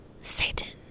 Satan